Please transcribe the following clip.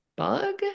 bug